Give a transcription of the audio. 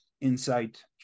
insight